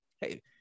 Hey